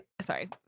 sorry